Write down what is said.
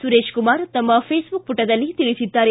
ಸುರೇಶ್ಕುಮಾರ್ ತಮ್ಮ ಫೇಸ್ಬುಕ್ ಪುಟದಲ್ಲಿ ತಿಳಿಸಿದ್ದಾರೆ